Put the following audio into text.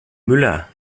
müller